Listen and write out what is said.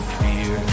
fear